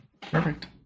Perfect